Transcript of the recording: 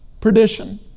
perdition